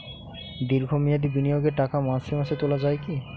দীর্ঘ মেয়াদি বিনিয়োগের টাকা মাসে মাসে তোলা যায় কি?